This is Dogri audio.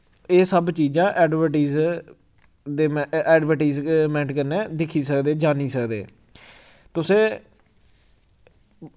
एह् सब चीजां एडवरटीज दे में एडवरटीजमैंट कन्नै दिक्खी सकदे जानी सकदे तुस